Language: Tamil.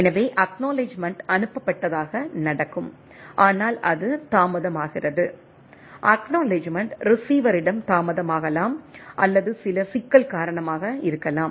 எனவே அக்நாலெட்ஜ்மெண்ட் அனுப்பப்பட்டதாக நடக்கும் ஆனால் அது தாமதமாகிறது அக்நாலெட்ஜ்மெண்ட் ரீசிவரிடம் தாமதமாகலாம் அல்லது சில சிக்கல் காரணமாக இருக்கலாம்